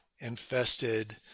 infested